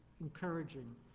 encouraging